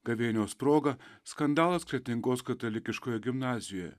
gavėnios proga skandalas kretingos katalikiškoje gimnazijoje